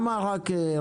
ימי עבודה.